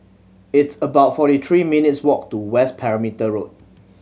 it's about forty three minutes' walk to West Perimeter Road